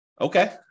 Okay